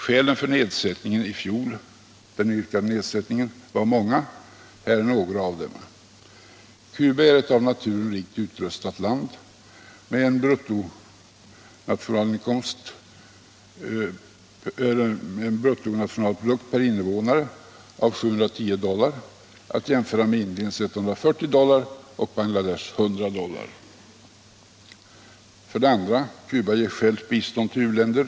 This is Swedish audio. Skälen för nedskärningen i fjol var många. Här är några av dem: 1. Cuba är ett av naturen rikt utrustat land med en bruttonationalprodukt per invånare av 710 dollar, att jämföra med Indiens 140 dollar och Bangladeshs 100 dollar. 2. Cuba ger självt bistånd till u-länder.